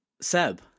Seb